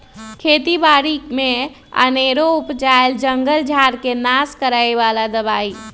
खेत बारि में अनेरो उपजल जंगल झार् के नाश करए बला दबाइ